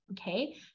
okay